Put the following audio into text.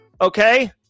Okay